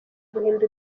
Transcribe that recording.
guhindura